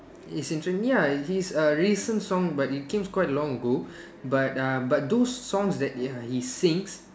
is interes~ ya his err recent songs but it comes quite long ago but uh but those songs that ya he sings